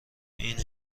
این